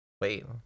wait